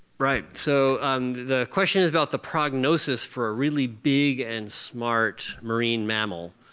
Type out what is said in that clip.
right, so um the question is about the prognosis for a really big and smart marine mammal,